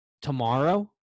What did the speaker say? tomorrow